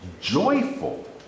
Joyful